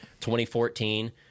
2014